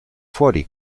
fuori